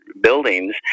buildings